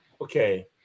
okay